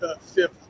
fifth